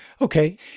okay